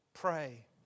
pray